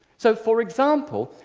so, for example,